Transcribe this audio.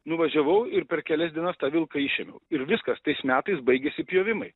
nuvažiavau ir per kelias dienas tą vilką išėmiau ir viskas tais metais baigėsi pjovimai